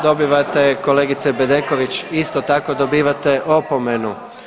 Dobivate kolegice Bedeković isto tako dobivate opomenu.